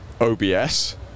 OBS